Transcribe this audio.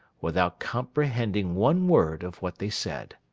without comprehending one word of what they said.